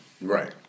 Right